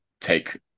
take